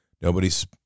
Nobody's